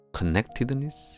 connectedness